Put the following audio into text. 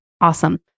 Awesome